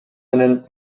менен